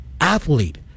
athlete